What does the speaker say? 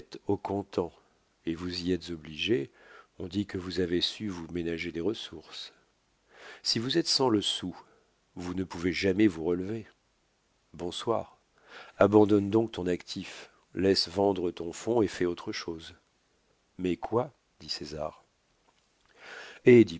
au comptant et vous y êtes obligé on dit que vous avez su vous ménager des ressources si vous êtes sans le sou vous ne pouvez jamais vous relever bonsoir abandonne donc ton actif laisse vendre ton fonds et fais autre chose mais quoi dit césar eh